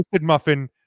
Muffin